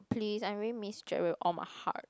please I really miss Gerald all my heart